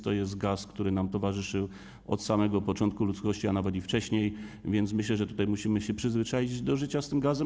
To jest gaz, który nam towarzyszył od samego początku ludzkości, a nawet i wcześniej, więc myślę, że musimy się przyzwyczaić do życia z tym gazem.